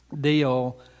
deal